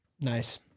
Nice